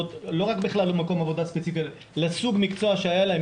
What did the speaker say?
לא רק למקום עבודה ספציפי אלא לסוג מקצוע שהיה להם,